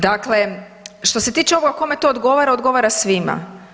Dakle, što se tiče ovoga kome to odgovara, odgovara svima.